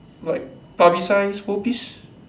like publicise world peace